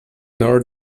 nor